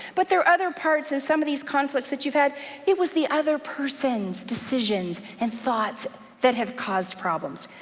but there are other parts in some of these conflicts that you've had it was the other person's decisions and thoughts that have caused problems.